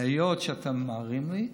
היות שאתם מעירים לי,